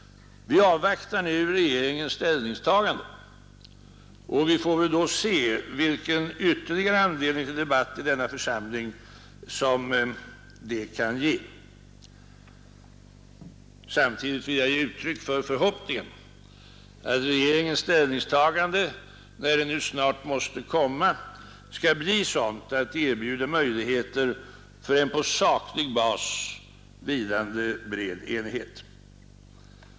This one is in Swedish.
Vi avvaktar nu regeringens ställningstagande, och vi får väl då se vilken ytterligare anledning till debatt i denna församling som det kan ge. Samtidigt vill jag ge uttryck för förhoppningen att regeringens ställningstagande, när det nu snart måste komma, skall bli sådant att det erbjuder möjligheter för en på saklig bas vilande bred enighet.